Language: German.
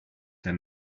der